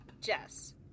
Jess